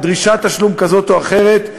דרישת תשלום כזאת או אחרת,